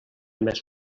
més